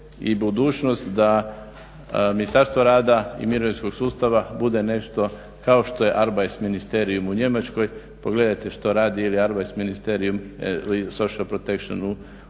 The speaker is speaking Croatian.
i budućnost da Ministarstvo rada i mirovinskog sustava bude nešto kao što je Arbeist ministerium u Njemačkoj. Pogledajte što radi ili Arbeist ministerium social protection u Austriji,